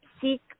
seek